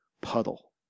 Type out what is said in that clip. puddle